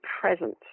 present